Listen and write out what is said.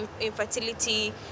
infertility